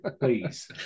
Please